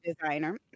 designer